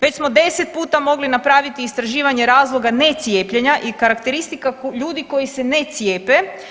Već smo 10 puta mogli napraviti istraživanje razloga ne cijepljenja i karakteristika ljudi koji se ne cijepe.